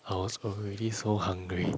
I was already so hungry